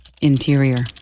interior